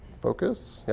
focus, yeah,